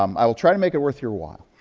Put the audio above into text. um i will try to make it worth your while.